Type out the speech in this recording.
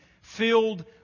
filled